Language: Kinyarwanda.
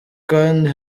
kandi